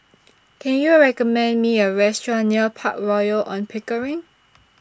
Can YOU recommend Me A Restaurant near Park Royal on Pickering